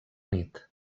nit